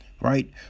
right